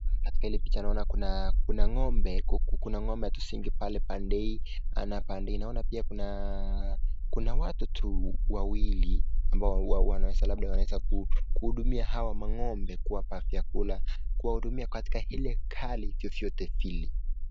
Katika hili picha naona kuna kuna ng'ombe kuna ng'ombe tusingi pale pande hii na pande hii. Naona pia kuna kuna watu tu wawili ambao wanaweza labda wanaweza kuhudumia hawa mang'ombe kuwapa vyakula. Kuwahudumia katika hili kali vyote vile.